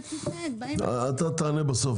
נציג העירייה, אתה תענה בסוף,